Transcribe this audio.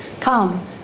Come